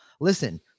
Listen